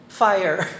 fire